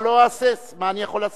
אבל לא אהסס, מה אני יכול לעשות.